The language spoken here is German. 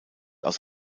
aus